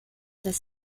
das